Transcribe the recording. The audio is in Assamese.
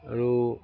আৰু